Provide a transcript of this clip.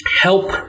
help